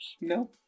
No